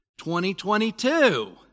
2022